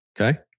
Okay